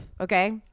Okay